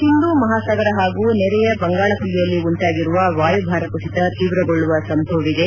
ಹಿಂದೂ ಮಹಾಸಾಗರ ಹಾಗೂ ನೆರೆಯ ಬಂಗಾಳಕೊಲ್ಲಿಯಲ್ಲಿ ಉಂಟಾಗಿರುವ ವಾಯುಭಾರ ಕುಸಿತ ತೀವ್ರಗೊಳ್ಳುವ ಸಂಭವವಿದೆ